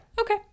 Okay